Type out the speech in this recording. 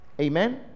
amen